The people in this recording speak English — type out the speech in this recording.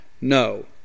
No